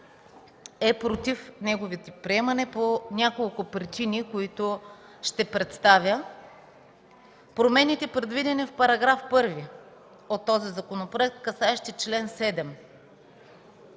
е „против” неговото приемане по няколко причини, които ще представя. Промените, предвидени в § 1 от този законопроект, касаещи чл. 7,